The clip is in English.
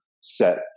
set